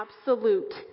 absolute